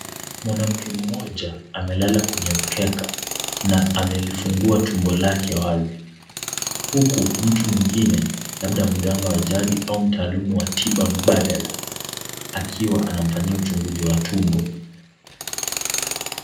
Mwanamke mmoja amelala kwenye mkeka na amelifungua tumbo lake wazi, huku mtu mwingine labda mganga wa jadi au mtaalumu wa tiba mbadala akiwa anamfanyia uchunguzi wa tumbo.